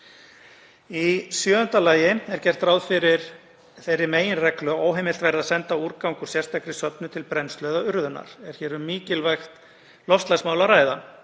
Í sjöunda lagi er gert ráð fyrir þeirri meginreglu að óheimilt verði að senda úrgang úr sérstakri söfnun til brennslu eða urðunar. Er hér um mikilvægt loftslagsmál að ræða.